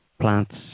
plants